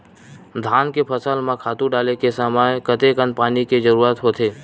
धान के फसल म खातु डाले के समय कतेकन पानी के जरूरत होथे?